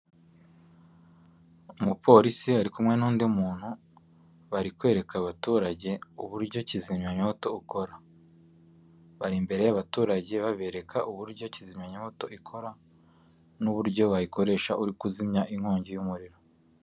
Umupolisi ari kumwe n'undi muntu bari kwereka abaturage uburyo kizimyamyoto ikora, bari imbere y'abaturage babereka uburyo kizimyamyoto ikora n'uburyo wayikoresha uri kuzimya inkongi y'umuriro.